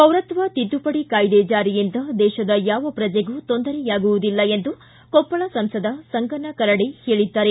ಪೌರತ್ವ ಕಾಯ್ದೆ ತಿದ್ದುಪಡಿ ಕಾಯಿದೆ ಜಾರಿಯಿಂದ ದೇಶದ ಯಾವ ಪ್ರಜೆಗೂ ತೊಂದರೆಯಾಗುವುದಿಲ್ಲ ಎಂದು ಕೊಪ್ಪಳ ಸಂಸದ ಸಂಗಣ್ಣ ಕರಡಿ ಹೇಳದ್ದಾರೆ